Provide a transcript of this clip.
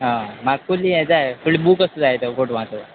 आं म्हाका पयलीं हें जाय फुडले बूक असो जाय तो फोटवाचो